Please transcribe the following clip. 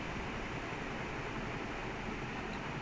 okay mine is a bit behind I'm at seventy nine